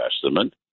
Testament